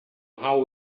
how